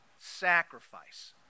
sacrifice